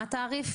מה התעריף?